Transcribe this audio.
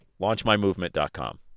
Launchmymovement.com